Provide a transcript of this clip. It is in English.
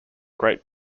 great